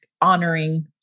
honoring